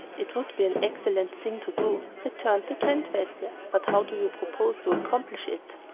it would be an excellent thing to do, returned the grand-vizir, but how do you propose to accomplish it?